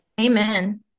Amen